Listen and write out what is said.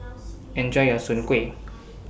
Enjoy your Soon Kuih